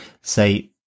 say